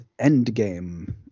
Endgame